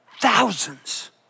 Thousands